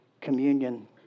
communion